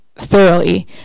thoroughly